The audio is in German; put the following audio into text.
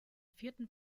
vierten